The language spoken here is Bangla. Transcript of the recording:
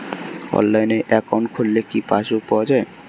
অনলাইনে একাউন্ট খুললে কি পাসবুক পাওয়া যায়?